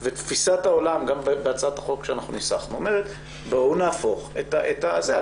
ותפיסת העולם גם בהצעת החוק שניסחנו אומרים: בואו נהפוך את זה.